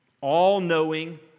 All-knowing